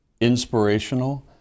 inspirational